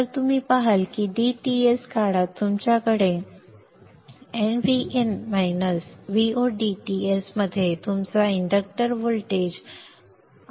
तर तुम्ही पाहाल की dTs काळात तुमच्याकडे nVin Vo dTs मध्ये तुमचा इंडक्टर व्होल्टेज आहे